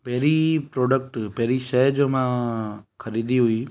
पहिरीं प्रॉडक्ट पहिरीं शइ जो मां ख़रीदी हुई